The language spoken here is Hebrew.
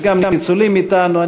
יש גם ניצולים אתנו,